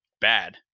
bad